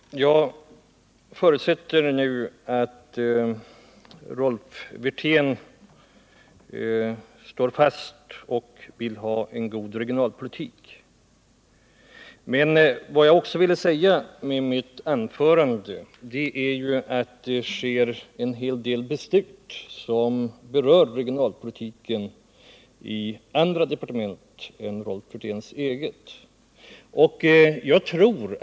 Herr talman! Jag förutsätter att Rolf Wirtén står fast vid att han vill ha en god regionalpolitik. Men jag ville med mitt anförande säga att det även i andra departement än i arbetsmarknadsdepartementet fattas en hel del beslut som berör regionalpolitiken.